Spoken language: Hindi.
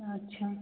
अच्छा